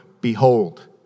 Behold